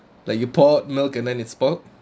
like you pour milk and then it's spoilt